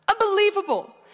Unbelievable